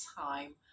time